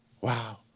wow